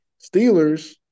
Steelers